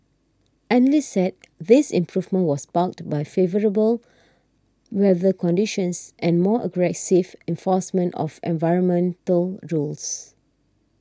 analysts said this improvement was sparked by favourable weather conditions and more aggressive enforcement of environmental rules